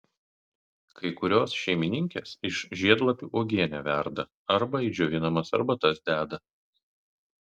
kai kurios šeimininkės iš žiedlapių uogienę verda arba į džiovinamas arbatas deda